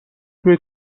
توی